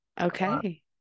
okay